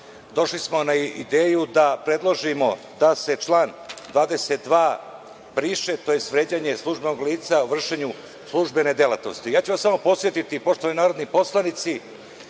došli smo na ideju da predložimo da se član 22. briše, tj. vređanje službenog lica u vršenju službene delatnosti. Ja ću vas samo podsetiti, poštovani narodni poslanici,